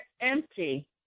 empty